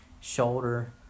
shoulder